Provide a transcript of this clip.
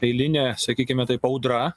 eilinė sakykime taip audra